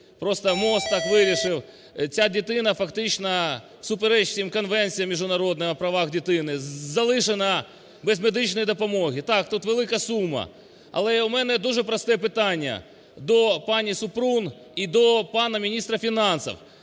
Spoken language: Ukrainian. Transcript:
просто МОЗ так вирішив, ця дитина фактично всупереч всім конвенціям міжнародним о правах дитини, залишена без медичної допомоги. Так, тут велика сума, але у мене дуже просте питання до пані Супрун і до пана міністра фінансів: